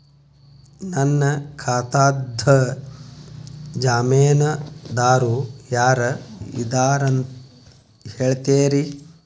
ನನ್ನ ಖಾತಾದ್ದ ಜಾಮೇನದಾರು ಯಾರ ಇದಾರಂತ್ ಹೇಳ್ತೇರಿ?